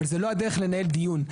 אבל זו לא הדרך לנהל דיון.